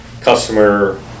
customer